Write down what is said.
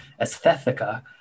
Aesthetica